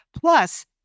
plus